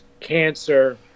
cancer